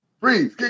Breathe